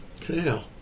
canal